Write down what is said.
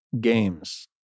games